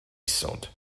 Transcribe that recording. isod